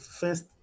first